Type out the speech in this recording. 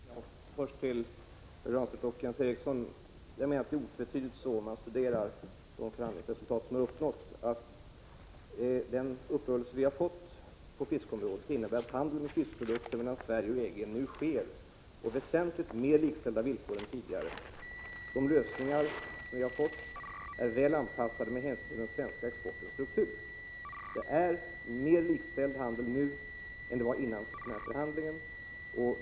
Fru talman! Först vill jag säga till Jens Eriksson att det är otvetydigt — vilket man finner om man studerar de förhandlingsresultat som har uppnåtts — att den uppgörelse vi har fått på fiskeområdet innebär att handeln med fiskprodukter mellan Sverige och EG nu sker på väsentligt mer likställda villkor än tidigare. De lösningar som vi har uppnått är väl anpassade med hänsyn till den svenska exportens struktur. Det är en mer likställd handel vi har nu än vi hade före den här förhandlingen.